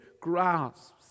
grasps